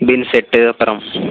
bill set அப்புறம்